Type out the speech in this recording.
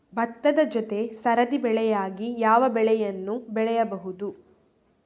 ಭತ್ತದ ಜೊತೆ ಸರದಿ ಬೆಳೆಯಾಗಿ ಯಾವ ಬೆಳೆಯನ್ನು ಬೆಳೆಯಬಹುದು?